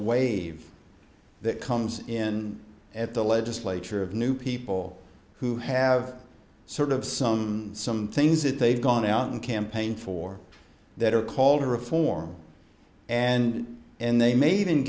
wave that comes in at the legislature of new people who have sort of some some things that they've gone out and campaigned for that are called reform and and they ma